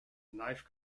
knife